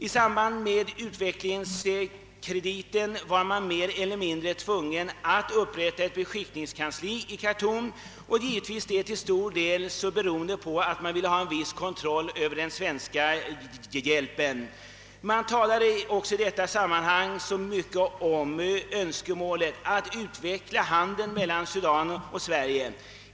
I samband med utvecklingskrediten var man mer eller mindre tvungen att upprätta ett beskickningskansli i Khartoum, givetvis till stor del beroende på att man ville ha en viss kontroll över den svenska hjälpen. Man talade också i detta sammanhang mycket om önskemålet att utveckla handeln mellan Sudan och Sverige.